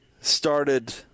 started –